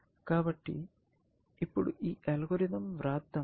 కాబట్టి ఇప్పుడు ఈ అల్గోరిథం వ్రాద్దాం